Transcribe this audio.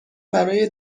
برای